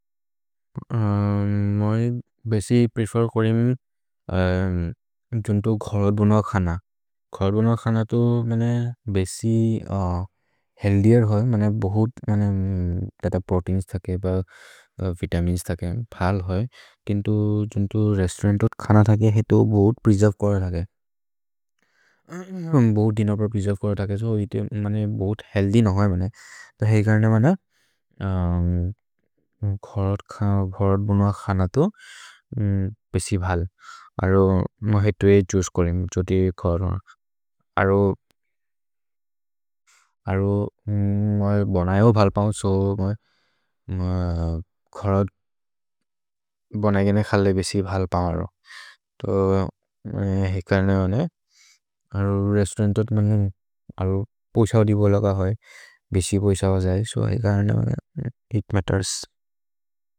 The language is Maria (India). मोइ बेसि प्रेफेर् कोरेमे जुन्तो घरत् बनुअ खन। घरत् बनुअ खन तो मेने बेसि हेअल्थिएर् होइ। मने बहुत् मने तत प्रोतेइन्स् थके प वितमिन्स् थके। भ्हल् होइ। किन्तु जुन्तो रेस्तौरन्तो खन थके हेतो बहुत् प्रेसेर्वे कोर थके। भहुत् दिन प्र प्रेसेर्वे कोर थके छो इतो मने बहुत् हेअल्थ्य् नहोए मने। त हेरि कर्ने मन घरत् खन, घरत् बनुअ खन तो बेसि भल्। अरो म हेतो ए छूसे कोरेमे। जोति घरोन् अरो अरो मोइ बनए हो भल् पौन् सो मोइ घरत् भनए गेने खले बेसि भल् पौन् अरो। तो हेरि कर्ने मने अरो रेस्तौरन्तो थके अरो पोसओ दि बोल कह होइ। भेसि पोसओ जये। सो हेरि कर्ने मने इत् मत्तेर्स्।